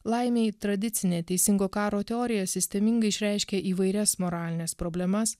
laimei tradicinė teisingo karo teorija sistemingai išreiškia įvairias moralines problemas